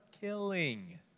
killing